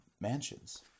mansions